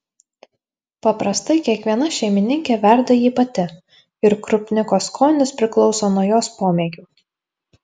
paprastai kiekviena šeimininkė verda jį pati ir krupniko skonis priklauso nuo jos pomėgių